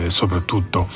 soprattutto